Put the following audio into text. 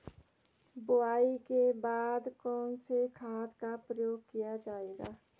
बुआई के बाद कौन से खाद का प्रयोग किया जायेगा?